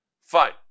Fine